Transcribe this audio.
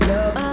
Love